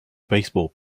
baseball